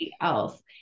else